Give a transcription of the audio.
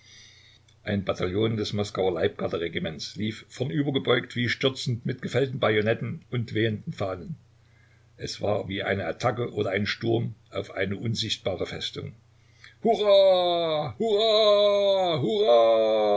ein bataillon des moskauer leibgarderegiments lief vornübergebeugt wie stürzend mit gefällten bajonetten und wehenden fahnen es war wie eine attacke oder ein sturm auf eine unsichtbare festung hurra